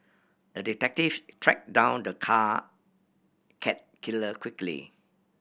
the detective tracked down the car cat killer quickly